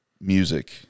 music